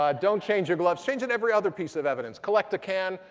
um don't change your gloves. change in every other piece of evidence. collect a can,